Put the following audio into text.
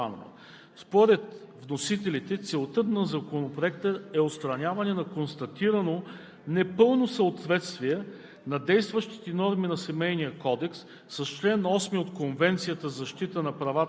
Законопроектът бе представен от госпожа Милена Първанова. Според вносителите целта на Законопроекта е отстраняване на констатирано непълно съответствие